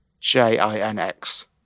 J-I-N-X